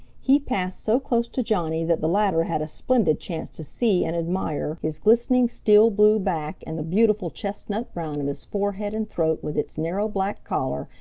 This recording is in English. he passed so close to johnny that the latter had a splendid chance to see and admire his glistening steel-blue back and the beautiful chestnut-brown of his forehead and throat with its narrow black collar,